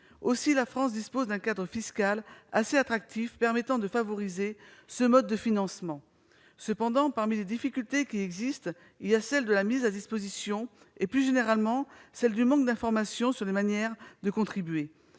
Aussi, la France dispose d'un cadre fiscal assez attractif, qui permet de favoriser ce mode de financement. Cependant, parmi les difficultés qui existent, il y a celle de la mise à disposition, et plus généralement celle du manque d'information sur les manières de contribuer.